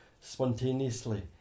spontaneously